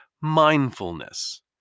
mindfulness